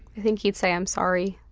i think he'd say i'm sorry,